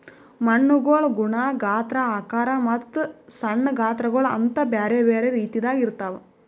ಮಣ್ಣುಗೊಳ್ ಗುಣ, ಗಾತ್ರ, ಆಕಾರ ಮತ್ತ ಸಣ್ಣ ಗಾತ್ರಗೊಳ್ ಅಂತ್ ಬ್ಯಾರೆ ಬ್ಯಾರೆ ರೀತಿದಾಗ್ ಇರ್ತಾವ್